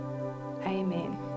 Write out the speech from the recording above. Amen